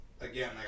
Again